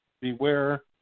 beware